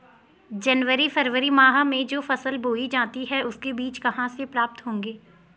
जनवरी फरवरी माह में जो फसल बोई जाती है उसके बीज कहाँ से प्राप्त होंगे?